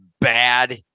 bad